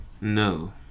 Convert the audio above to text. No